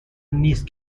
نیست